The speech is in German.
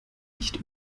nicht